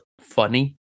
funny